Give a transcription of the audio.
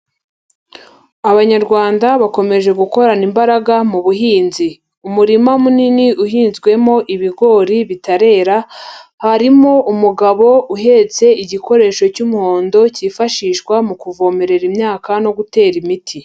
Abanyarwanda bakomeje gukorana imbaraga mu buhinzi, umurima munini uhinzwemo ibigori bitarera, harimo umugabo uhetse igikoresho cy'umuhondo cyifashishwa mu kuvomerera imyaka no gutera imiti.